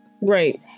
right